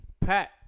Pat